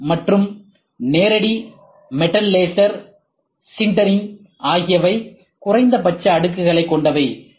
M மற்றும் நேரடி metal laser sintering ஆகியவைகள் குறைந்தபட்ச அடுக்குகளை கொண்டவை